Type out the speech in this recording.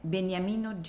Beniamino